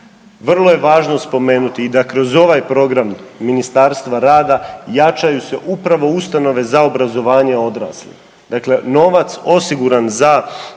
Vrlo je važno spomenuti i da kroz ovaj program Ministarstva rada jačaju se upravo ustanove za obrazovanje odraslih. Dakle, novac osiguran za